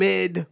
Mid